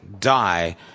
die